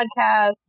podcast